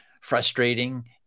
frustrating